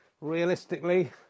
Realistically